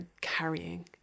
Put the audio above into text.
carrying